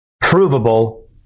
provable